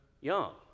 young